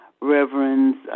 Reverends